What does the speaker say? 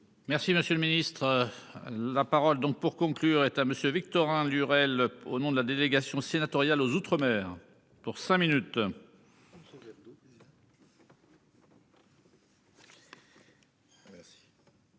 Merci, monsieur le Ministre. La parole. Donc pour conclure est à Monsieur Victorin Lurel au nom de la délégation sénatoriale aux outre-mer pour cinq minutes.